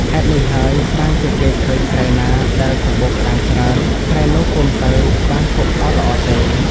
ហេតុនេះហើយ បានជាគេឃើញស្រែណាដែលសម្បូរក្ដាមច្រើន ស្រែនោះពុំសូវបានភោគផលល្អទេ ។